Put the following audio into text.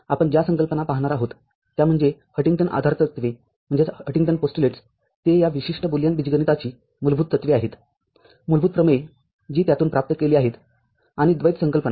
आपण ज्या संकल्पना पाहणार आहोत त्या म्हणजे हंटिंग्टन आधारतत्वे ते या विशिष्ट बुलियन बीजगणिताची मूलभूत तत्त्वे आहेत मूलभूत प्रमेये जी त्यातून प्राप्त केली आहेत आणि द्वैत संकल्पना